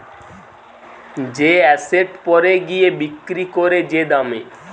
যে এসেট পরে গিয়ে বিক্রি করে যে দামে